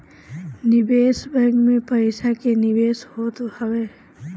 निवेश बैंक में पईसा के निवेश होत हवे